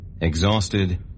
Exhausted